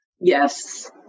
Yes